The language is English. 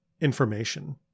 information